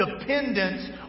dependence